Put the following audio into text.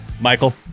Michael